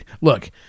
look